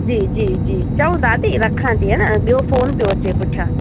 जी जी जी चङो दादी रखां थी हा न ॿियो फ़ोन पियो अचे पुठियां